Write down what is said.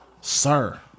Sir